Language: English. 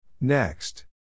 next